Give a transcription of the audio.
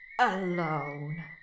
alone